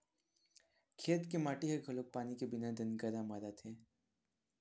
खेत के माटी ह घलोक पानी के बिना दनगरा मारत हे